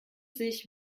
sich